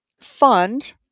Fund